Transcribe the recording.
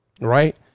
Right